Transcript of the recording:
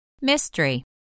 Mystery